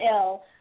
ill